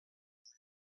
vivon